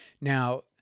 Now